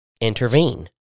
intervene